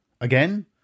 Again